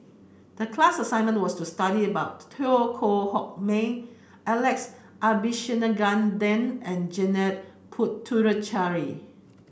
the class assignment was to study about Teo Koh Sock Miang Alex Abisheganaden and Janil Puthucheary